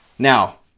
Now